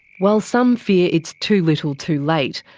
while some fear it's too little too late,